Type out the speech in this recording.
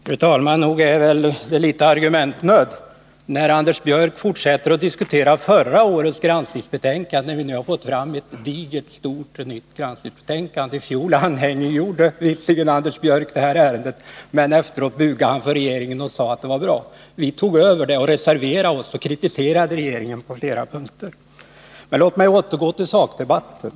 Fru talman! Nog är det väl fråga om viss argumentnöd, när Anders Björck fortsätter att diskutera förra årets granskningsbetänkande, trots att vi nu har fått ett nytt, digert granskningsbetänkande. I fjol anhängiggjorde visserligen Anders Björck detta ärende, men efteråt bugade han för regeringen och sade att allting var bra. Vi tog över ärendet, kritiserade regeringen på flera punkter och reserverade oss. Låt mig återgå till sakdebatten.